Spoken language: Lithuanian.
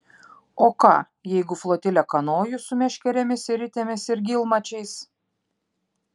o ką jeigu flotilę kanojų su meškerėmis ir ritėmis ir gylmačiais